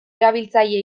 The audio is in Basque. erabiltzaile